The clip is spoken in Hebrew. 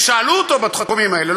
ושאלו אותו בתחומים האלה,